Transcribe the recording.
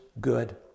good